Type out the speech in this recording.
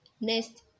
next